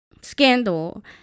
Scandal